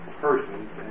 persons